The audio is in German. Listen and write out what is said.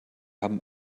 haben